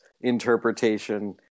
interpretation